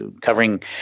covering